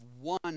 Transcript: one